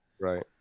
Right